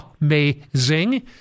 Amazing